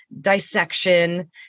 dissection